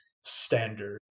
standard